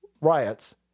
riots